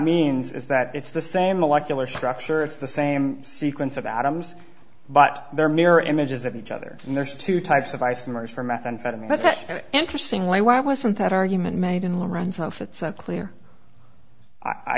means is that it's the same molecular structure it's the same sequence of atoms but they're mirror images of each other and there's two types of isomers for methamphetamine that's interesting why why wasn't that argument made in